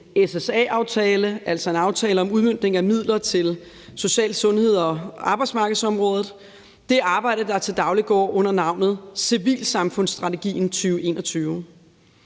SSA-aftale, altså en aftale om udmøntning af midler til social-, sundheds- og arbejdsmarkedsområdet – det arbejde, der til daglig går under navnet civilsamfundsstrategien 2021